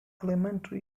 elementary